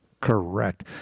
correct